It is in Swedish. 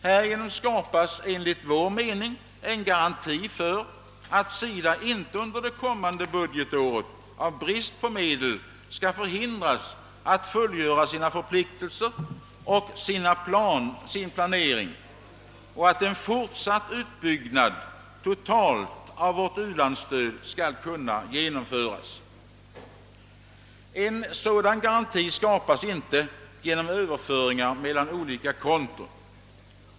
Härigenom skapas enligt vår mening en garanti för att SIDA inte under det kommande budgetåret i brist på medel skall förhindras att fullgöra sina förpliktelser och sin planering, en garanti för att en fortsatt utbyggnad totalt av vårt u-landsstöd skall kunna genomföras. En sådan garanti skapas inte genom Överföringar mellan olika konton.